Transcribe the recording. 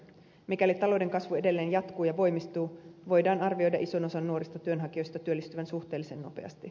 mikäli talouden kasvu edelleen jatkuu ja voimistuu voidaan arvioida ison osan nuorista työnhakijoista työllistyvän suhteellisen nopeasti